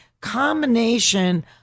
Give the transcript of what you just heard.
combination